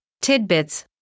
tidbits